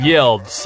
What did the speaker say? Yelled